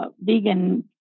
vegan